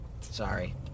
Sorry